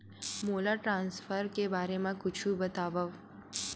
मोला ट्रान्सफर के बारे मा कुछु बतावव?